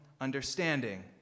understanding